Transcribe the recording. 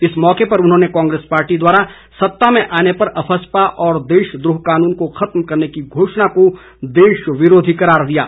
इस मौके पर उन्होंने कांग्रेस पार्टी द्वारा सत्ता में आने पर अफ़स्पा और देशद्रोह कानून को खत्म करने की घोषणा को देश विरोधी करार दिया है